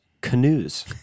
canoes